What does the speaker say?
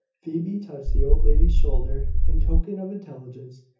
phoebe touched the old lady's shoulder, in token of intelligence.